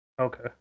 Okay